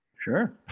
Sure